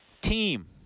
team